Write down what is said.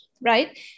right